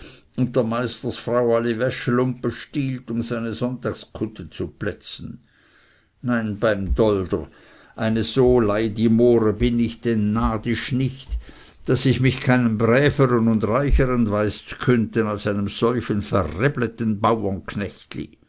der meisterfrau alli wäschlumpe stiehlt um seine sonntagskutte zu plätzen nei beim dolder eine so leidi more bin ich denn nadisch nicht daß ich mich bei keinem bräveren und reicheren weiß z'kündte als bei einem solchen